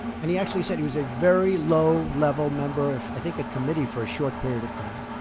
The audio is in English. and he actually said he was a very low-level member of, i think, a committee for a short period of time.